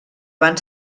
van